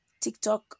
TikTok